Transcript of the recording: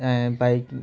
bike